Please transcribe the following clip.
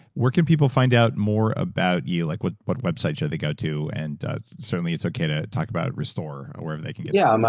where can people find out more about you? like what what website shall they go to? and certainly, it's okay to talk about restore, wherever they can get. yeah. um